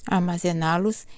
Armazená-los